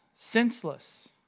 senseless